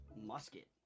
musket